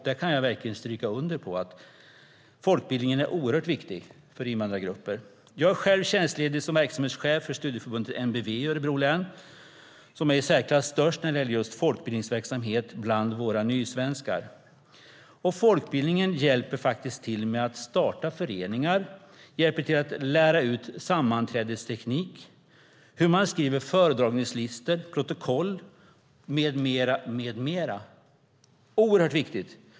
Det kan jag verkligen stryka under: Folkbildningen är oerhört viktig för invandrargrupper. Jag är själv tjänstledig som verksamhetschef för studieförbundet NBV i Örebro län, som är i särklass störst när det gäller just folkbildningsverksamhet bland våra nysvenskar. Folkbildningen hjälper till med att starta föreningar och lära ut sammanträdesteknik, hur man skriver föredragningslistor, protokoll med mera. Det är oerhört viktigt.